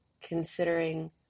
considering